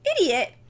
Idiot